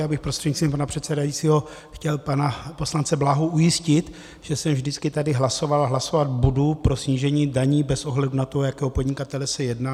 Já bych prostřednictvím pana předsedajícího chtěl pana poslance Bláhu ujistit, že jsem vždycky tady hlasoval a hlasovat budu pro snížení daní bez ohledu na to, o jakého podnikatele se jedná.